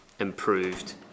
improved